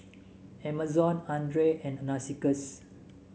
Amazon Andre and Narcissus